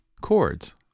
chords